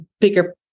bigger